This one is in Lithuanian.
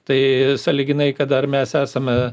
tai sąlyginai kad dar mes esame